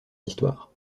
histoire